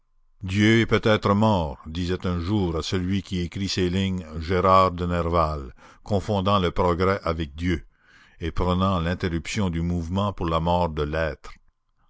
dieu est peut-être mort disait un jour à celui qui écrit ces lignes gérard de nerval confondant le progrès avec dieu et prenant l'interruption du mouvement pour la mort de l'être